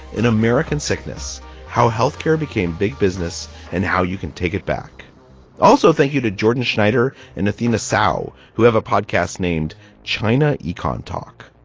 an american sickness how health care became big business and how you can take it back also, thank you to jordan schneider and athena saule, who have a podcast named china econtalk